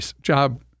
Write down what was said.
job